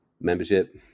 membership